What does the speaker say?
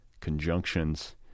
Conjunction's